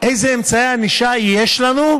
יש לנו,